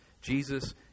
Jesus